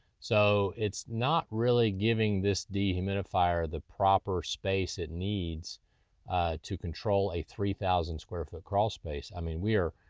so, it's not really giving this dehumidifier the proper space it needs to control a three thousand square foot crawl space. i mean, we are.